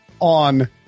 on